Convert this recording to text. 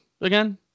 again